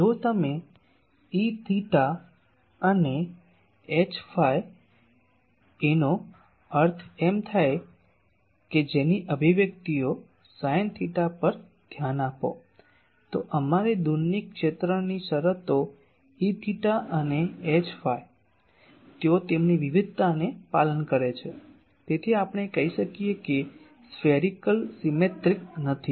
જો તમે Eθ અને Hϕ એનો અર્થ એમ થાય છે કે જેની અભિવ્યક્તિઓ સાઈન થીટા પર ધ્યાન આપો તો અમારી દૂરની ક્ષેત્રની શરતો Eθ and Hϕ તેઓ તેમની વિવિધતાને પાલન કરે છે તેથી આપણે કહી શકીએ કે સ્ફેરીકલ સીમેત્રીક નથી